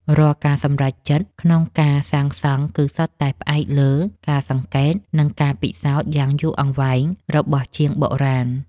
រាល់ការសម្រេចចិត្តក្នុងការសាងសង់គឺសុទ្ធតែផ្អែកលើការសង្កេត និង ការពិសោធន៍យ៉ាងយូរអង្វែងរបស់ជាងបុរាណ។